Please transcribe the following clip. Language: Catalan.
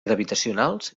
gravitacionals